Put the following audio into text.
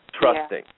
trusting